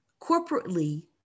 Corporately